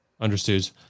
Understood